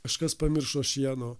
kažkas pamiršo šieno